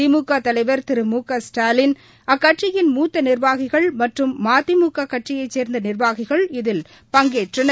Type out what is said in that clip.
திமுகதலைவர் திரு மு க ஸ்டாலின் அக்கட்சியின் மூத்தநிர்வாகிகள் மற்றும் மதிமுககட்சியைச் சேர்ந்தநிர்வாகிகள் இதில் பங்கேற்றனர்